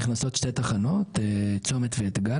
נכנסות שתי תחנות חדשות צומת ואתגל,